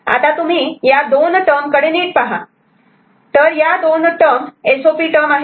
आता तुम्ही या दोन टर्म कडे नीट पहा तर या दोन term S O P term आहेत